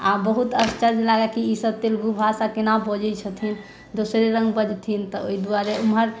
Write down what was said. आओर बहुत आश्चर्य लागै कि ईसब तेलगू भाषा कोना बजै छथिन दोसरे रङ्ग बजथिन तऽ ओहि दुआरे ओमहर हमसब